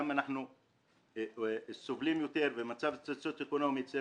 אנחנו סובלים יותר ובמצב סוציו אקונומי יותר